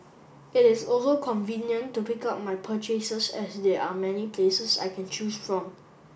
it is also convenient to pick up my purchases as there are many places I can choose from